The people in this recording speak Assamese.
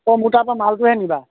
অঁ মোৰ তাৰ পৰা মালটোহে নিবা